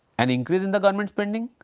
an increase in the government spending,